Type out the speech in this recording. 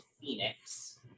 phoenix